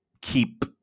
keep